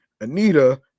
Anita